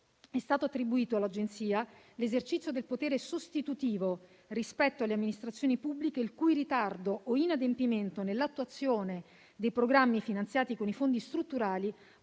è stato attribuito all'Agenzia l'esercizio del potere sostitutivo rispetto alle amministrazioni pubbliche il cui ritardo o inadempimento nell'attuazione dei programmi finanziati con i fondi strutturali